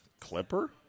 clipper